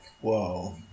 whoa